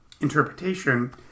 interpretation